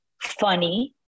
funny